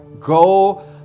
go